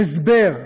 הסבר,